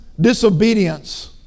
disobedience